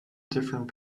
different